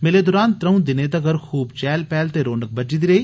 मेले दौरान त्रऊं दिनें तगर खूब चैहल पैहल ते रौनक बज्झी दी रेही